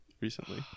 recently